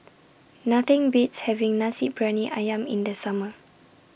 Nothing Beats having Nasi Briyani Ayam in The Summer